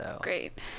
Great